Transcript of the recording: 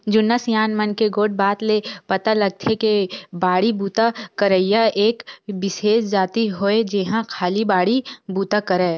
जुन्ना सियान मन के गोठ बात ले पता लगथे के बाड़ी बूता करइया एक बिसेस जाति होवय जेहा खाली बाड़ी बुता करय